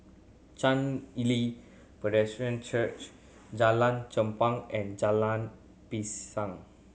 Chen Li Presbyterian Church Jalan Chempah and Jalan Pisang